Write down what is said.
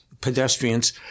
pedestrians